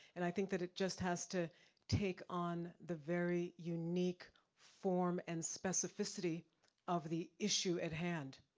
and i think that it just has to take on the very unique form and specificity of the issue at hand.